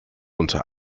unter